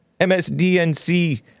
MSDNC